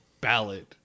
ballad